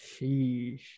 Sheesh